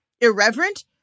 irreverent